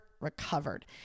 recovered